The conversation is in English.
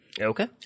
Okay